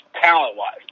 talent-wise